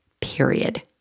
period